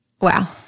wow